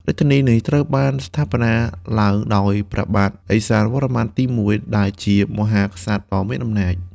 រាជធានីនេះត្រូវបានស្ថាបនាឡើងដោយព្រះបាទឦសានវរ្ម័នទី១ ដែលជាមហាក្សត្រដ៏មានអំណាច។